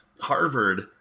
Harvard